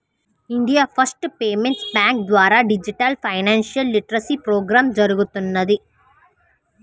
India post payments bank ద్వారా digital financial literacy programme జరుగుతున్నది